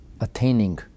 attaining